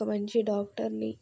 ఒక మంచి డాక్టర్ని